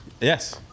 Yes